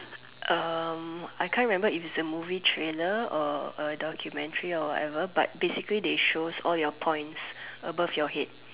um I can't remember if it's a movie trailer or a documentary or whatever but basically they shows all your points above your head